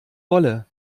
wolle